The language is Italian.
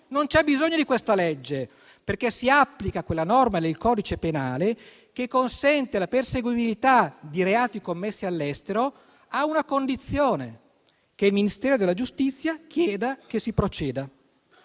Non c'è bisogno di questa legge, perché si applica quella norma del codice penale che consente la perseguibilità di reati commessi all'estero a una condizione, ossia che il Ministero della giustizia chieda che si proceda.